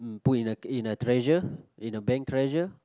mm put in a in a treasure in a bank treasure